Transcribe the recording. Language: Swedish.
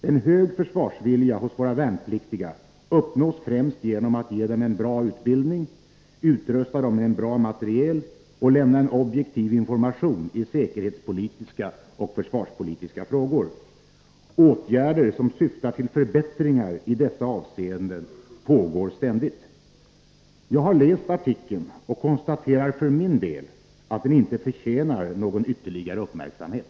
En hög försvarsvilja hos våra värnpliktiga uppnås främst genom att ge dem en bra utbildning, utrusta dem med bra materiel och lämna en objektiv information i säkerhetspolitiska och försvarspolitiska frågor. Åtgärder som syftar till förbättringar i dessa avseenden pågår ständigt. Jag har läst artikeln och konstaterar för min del att den inte förtjänar någon ytterligare uppmärksamhet.